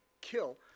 kill